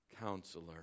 counselor